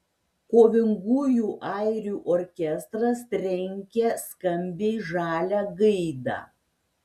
kovingųjų airių orkestras trenkia skambiai žalią gaidą